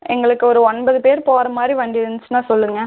எங்களுக்கு ஒரு ஒன்பது பேர் போகிற மாதிரி வண்டி இருந்துச்சுன்னா சொல்லுங்க